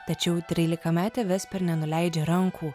tačiau trylikametė vesper nenuleidžia rankų